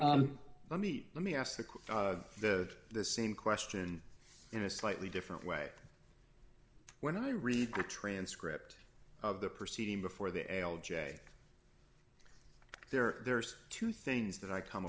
don't let me let me ask the court that the same question in a slightly different way when i read the transcript of the proceeding before the l j there there's two things that i come